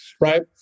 right